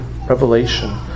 Revelation